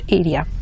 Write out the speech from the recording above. area